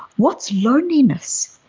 what's loneliness?